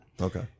Okay